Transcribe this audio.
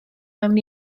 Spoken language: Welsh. mewn